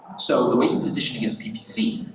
so, the way you position against ppc,